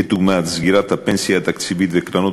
כדוגמת סגירת הפנסיה התקציבית וקרנות